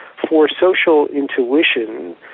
for social intuition,